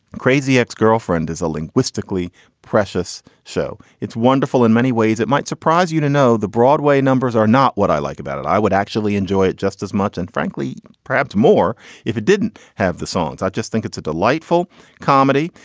crazy ex-girlfriend is a linguistically precious. so it's wonderful in many ways. it might surprise you to know the broadway numbers are not what i like about it. i would actually enjoy it just as much. and frankly, perhaps more if it didn't have the songs. i just think it's a delightful comedy.